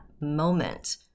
moment